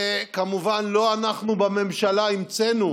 וכמובן לא אנחנו בממשלה המצאנו